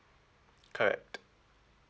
correct